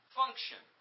function